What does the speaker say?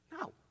No